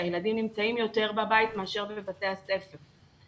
כשהילדים נמצאים יותר בבית מאשר בבתי הספר,